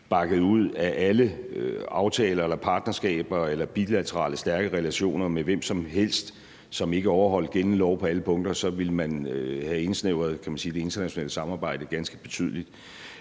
bakkede ud af alle aftaler eller partnerskaber eller bilaterale stærke relationer med hvem som helst, som ikke overholdt gældende lov på alle punkter, så ville man have indsnævret, kan man sige, det internationale samarbejde ganske betydeligt.